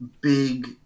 big